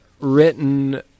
written